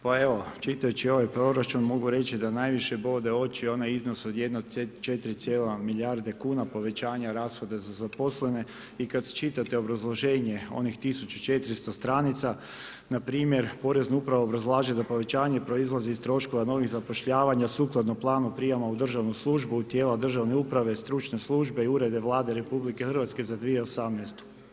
Pa evo čitajući ovaj proračun mogu reći da najviše bode oči onaj iznos od 1,4 milijarde kuna povećanja rashoda za zaposlene i kad čitate obrazloženje onih 1400 stranica na primjer Porezna uprava obrazlaže da povećanje proizlazi iz troškova novih zapošljavanja sukladno planu prijama u državnu službu tijela državne uprave, stručne službe i urede Vlade RH za 2018.